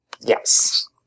Yes